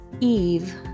Eve